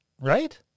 Right